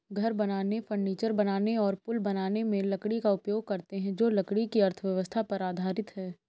घर बनाने, फर्नीचर बनाने और पुल बनाने में लकड़ी का उपयोग करते हैं जो लकड़ी की अर्थव्यवस्था पर आधारित है